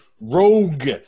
Rogue